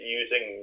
using